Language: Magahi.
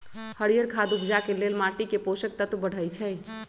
हरियर खाद उपजाके लेल माटीके पोषक तत्व बढ़बइ छइ